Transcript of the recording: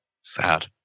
sad